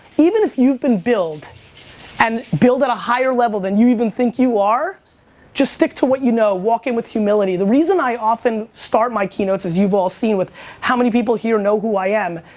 even if you've been billed and billed at a higher level than you are think you are just stick to what you know, walk-in with humility. the reason i often, start my keynotes as you've all seen with how many people here, know who i am?